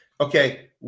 Okay